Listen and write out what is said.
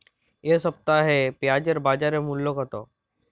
এ সপ্তাহে পেঁয়াজের বাজার মূল্য কত?